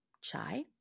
chai